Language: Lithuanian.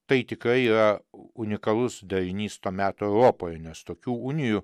tai tikrai yra unikalus darinys to meto europoje nes tokių unijų